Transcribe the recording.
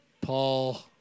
Paul